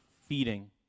feeding